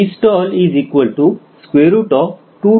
811 ಇದು ಎಷ್ಟು